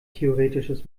theoretisches